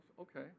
Okay